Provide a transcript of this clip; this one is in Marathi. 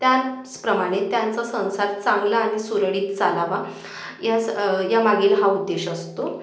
त्याचप्रमाणे त्यांचा संसार चांगला आणि सुरळीत चालावा या स या मागील हा उद्देश्य असतो